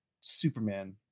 Superman